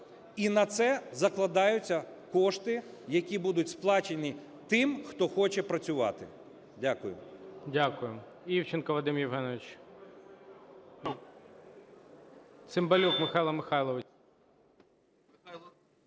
І на це закладаються кошти, які будуть сплачені тим, хто хоче працювати. Дякую.